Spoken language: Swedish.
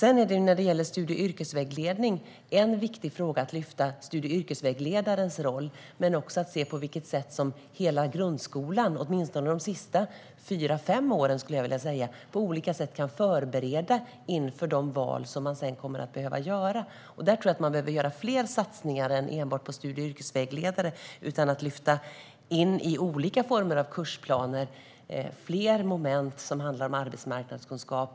När det gäller studie och yrkesvägledning måste man lyfta studie och yrkesvägledarens roll. Man måste också se på hur hela grundskolan - åtminstone under de senaste fyra fem åren - på olika sätt kan förbereda inför de val som eleverna senare måste göra. Där behöver man göra fler satsningar än enbart på studie och yrkesvägledare. Man måste införa fler moment i olika kursplaner som handlar om arbetsmarknadskunskap.